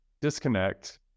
disconnect